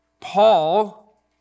Paul